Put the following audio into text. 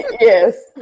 Yes